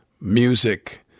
Music